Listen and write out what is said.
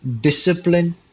discipline